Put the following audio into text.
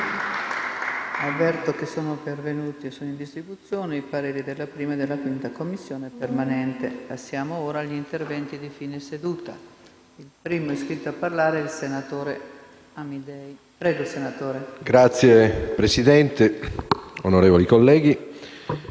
2382** Presidente, onorevoli colleghi,